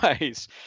ways